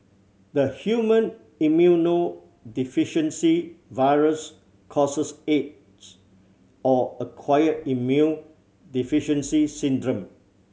the human immunodeficiency virus causes aids or acquired immune deficiency syndrome